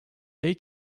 they